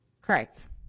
Correct